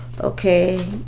okay